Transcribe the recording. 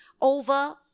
over